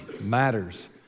matters